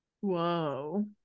whoa